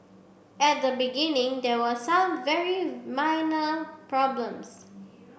at the beginning there were some very minor problems